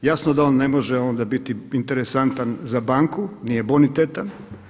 Jasno da on ne može onda biti interesantan za banku, nije bonitetan.